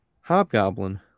hobgoblin